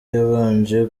yabanje